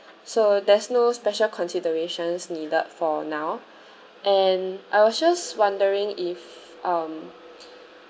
so there's no special considerations needed for now and I was just wondering if um